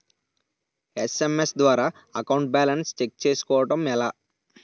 SMS ద్వారా account balance check చేసుకోవటం ఎలా?